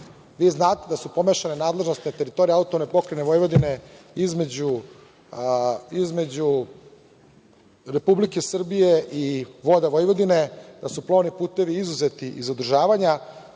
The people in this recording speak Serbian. Vi znate da su pomešane nadležnosti na teritoriji AP Vojvodine između Republike Srbije i Voda Vojvodine, da su plovni putevi izuzeti iz održavanja.